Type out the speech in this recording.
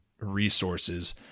resources